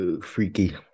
Freaky